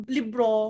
libro